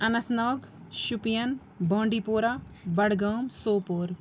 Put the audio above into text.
Anant Nag Shopian Bandipora Budgam Sopore